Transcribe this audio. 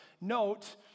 Note